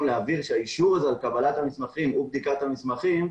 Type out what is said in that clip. להבהיר שהאישור הזה על קבלת המסמכים ובדיקת המסמכים,